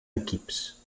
equips